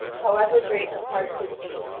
however great the hardship be,